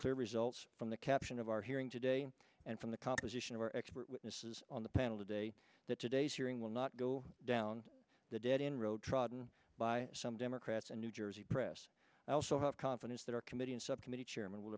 clear results from the caption of our hearing today and from the composition of our expert witnesses on the panel today that today's hearing will not go down the dead end road trodden by some democrats and new jersey press i also have confidence that our committee and subcommittee chairman w